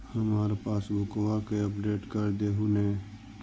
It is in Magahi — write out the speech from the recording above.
हमार पासबुकवा के अपडेट कर देहु ने?